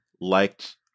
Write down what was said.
liked